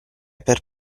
per